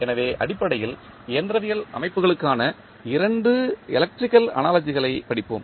எனவே அடிப்படையில் இயந்திரவியல் அமைப்புகளுக்கான 2 எலக்ட்ரிக்கல் அனாலஜிகளைப் படிப்போம்